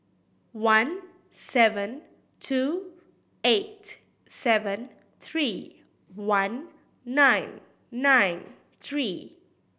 one seven two eight seven three one nine nine three